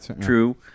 true